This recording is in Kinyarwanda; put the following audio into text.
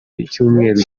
icyumweru